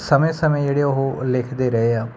ਸਮੇਂ ਸਮੇਂ ਜਿਹੜੇ ਉਹ ਲਿਖਦੇ ਰਹੇ ਆ